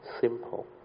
simple